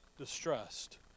distressed